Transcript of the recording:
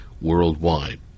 worldwide